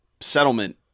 settlement